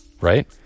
right